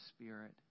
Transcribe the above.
spirit